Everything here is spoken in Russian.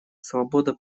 свобода